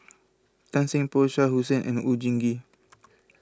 Tan Seng Poh Shah Hussain and Oon Jin Gee